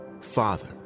Father